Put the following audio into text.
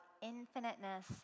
infiniteness